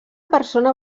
persona